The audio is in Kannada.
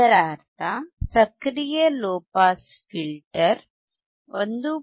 ಇದರರ್ಥ ಸಕ್ರಿಯ ಲೊ ಪಾಸ್ ಫಿಲ್ಟರ್ 1